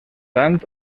tant